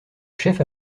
chef